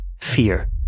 fear